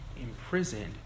imprisoned